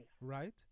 right